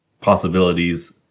possibilities